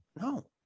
no